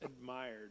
admired